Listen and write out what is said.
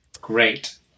great